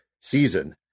season